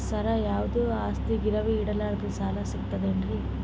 ಸರ, ಯಾವುದು ಆಸ್ತಿ ಗಿರವಿ ಇಡಲಾರದೆ ಸಾಲಾ ಸಿಗ್ತದೇನ್ರಿ?